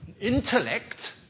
intellect